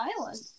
island